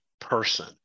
person